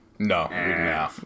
No